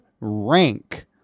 rank